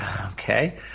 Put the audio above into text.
Okay